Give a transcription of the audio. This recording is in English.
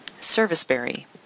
Serviceberry